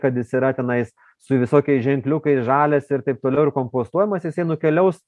kad jis yra tenais su visokiais ženkliukais žalias ir taip toliau ir kompostuojamas jisai nukeliaus